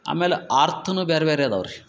ಆಮೇಲ ಅರ್ಥನೂ ಬ್ಯಾರೆ ಬ್ಯಾರೆ ಅದಾವು ರಿ